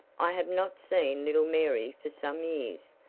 i have not seen little mary for some years,